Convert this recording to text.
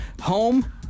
home